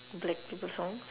black people songs